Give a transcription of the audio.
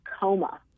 coma